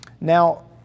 Now